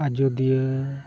ᱟᱡᱚᱫᱤᱭᱟᱹ